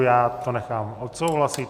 Já to nechám odsouhlasit.